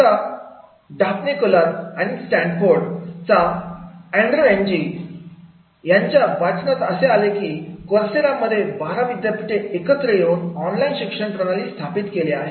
आता Daphne Koller आणि Stanford चा अँड्रु एनजी यांच्या वाचनात असे आले की कोर्सेरा मध्ये बारा विद्यापीठे एकत्र येऊन ऑनलाईन शिक्षण प्रणाली स्थापित केलेली आहे